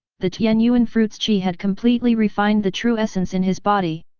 the tianyuan fruit's qi had completely refined the true essence in his body.